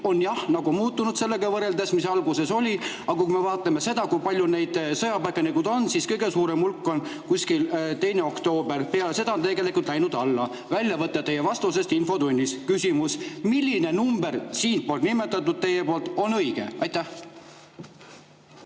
on jah muutunud sellega võrreldes, mis alguses olid. Aga kui me vaatame seda, kui palju neid sõjapõgenikke on, siis kõige suurem hulk oli kuskil 2. oktoobril. Peale seda on tegelikult läinud alla. Väljavõte teie vastusest infotunnis. Küsimus: milline teie nimetatud number on õige? Aitäh,